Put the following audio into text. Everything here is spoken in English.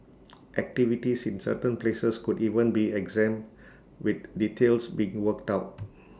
activities in certain places could even be exempt with details being worked out